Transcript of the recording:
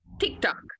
TikTok